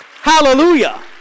Hallelujah